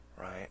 right